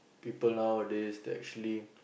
people nowadays they actually